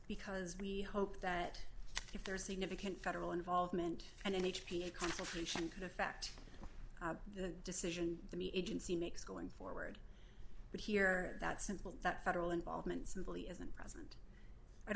because we hope that if there is significant federal involvement and h p a consultation could affect the decision to me agency makes going forward but here that simple that federal involvement simply isn't present